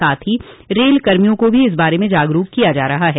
साथ ही रेल कर्मियों को भी इस बारे में जागरूक किया जा रहा है